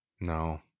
No